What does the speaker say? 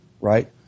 Right